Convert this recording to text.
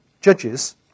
Judges